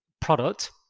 product